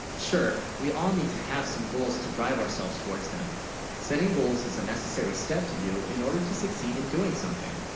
sure we all need to have, some goals to drive ourselves towards them setting goals is a necessary, step to do in order to succeed in doing something